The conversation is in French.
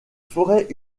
forêts